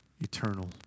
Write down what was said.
eternal